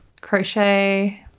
Crochet